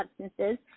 substances